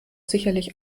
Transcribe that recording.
sicherlich